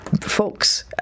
folks